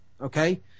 okay